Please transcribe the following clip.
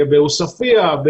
בעוספייה,